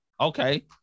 Okay